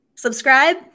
Subscribe